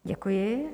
Děkuji.